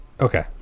Okay